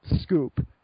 scoop